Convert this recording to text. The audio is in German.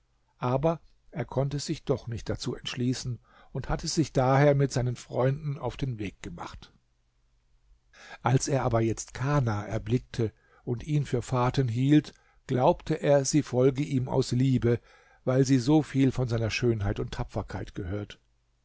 aber er konnte sich doch nicht dazu entschließen und hatte sich daher mit seinen freunden auf den weg gemacht als er aber jetzt kana erblickte und ihn für faten hielt glaubte er sie folge ihm aus liebe weil sie so viel von seiner schönheit und tapferkeit gehört